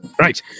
Right